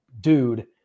dude